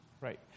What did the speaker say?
Right